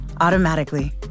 automatically